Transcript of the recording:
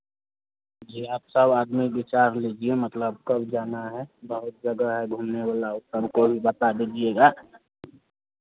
जी आप सब आदमी विचार लीजिए मतलब कब जाना है बहुत जगह है घूमने वाला ऊ तो हमको भी बता दीजिएगा